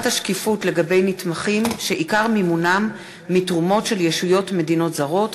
השקיפות לגבי נתמכים שעיקר מימונם מתרומות של ישויות מדיניות זרות),